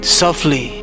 softly